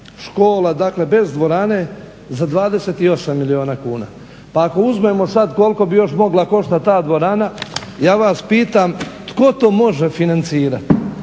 škola dakle bez dvorane za 28 milijuna kuna. Pa ako uzmemo sad koliko bi još mogla koštat ta dvorana ja vas pitam tko to može financirati.